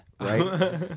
right